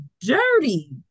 dirty